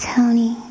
Tony